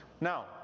Now